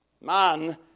Man